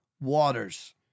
Waters